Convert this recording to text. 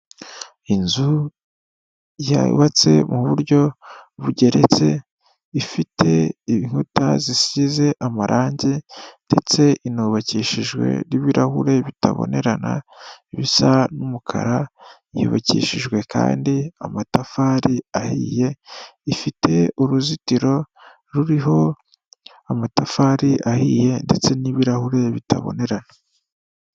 Inzu yubatse mu buryo bugeretse, ifite inkuta zisize amarangi ndetse inubakishijwe n'ibirahure bitabonerana ibisa n'umukara, yubakishijwe kandi amatafari ahiye, ifite uruzitiro ruriho amatafari ahiye ndetse n'ibirahure bitabonerana.